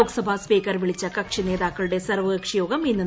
Lok Sabha speaker വിളിച്ച കക്ഷിനേതാക്കളുടെ സർവ്വകക്ഷി യോഗം ഇന്ന് നടക്കും